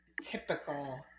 typical